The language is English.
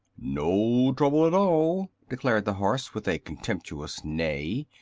no trouble at all, declared the horse, with a contemptuous neigh.